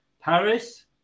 Paris